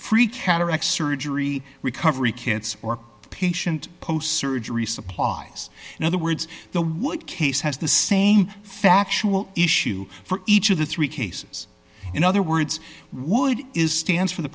free cataract surgery recovery kits or patient post surgery supplies in other words the would case has the same factual issue for each of the three cases in other words would is stands for the